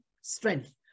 strength